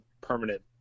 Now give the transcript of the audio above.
permanent